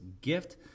Gift